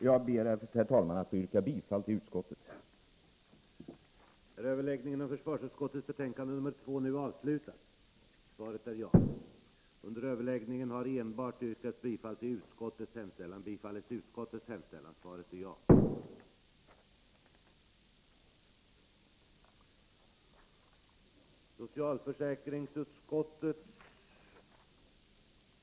Jag ber, herr talman, att få yrka bifall till utskottets hemställan.